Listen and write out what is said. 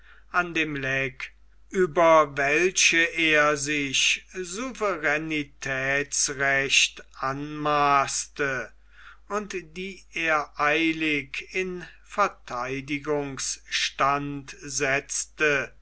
an dem leck über welche er sich souveränetätsrechte anmaßte und die er eilig in vertheidigungsstand setzte